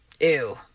Ew